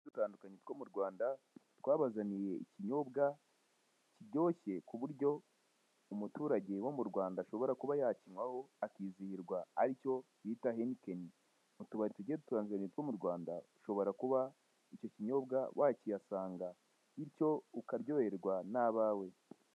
Utubari tugiye dutandukanye two mu Rwanda twabazaniye ikinyobwa kiryoshye ku buryo umuturage wo mu Rwanda ashobora kuba yakinywaho akizihirwa aricyo bita henikeni. Mu tubari tugiye dutandukanye two mu Rwanda ushobora kuba icyo kinyobwa wakihasanga bityo ukaryoherwa n'abawe.